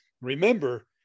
remember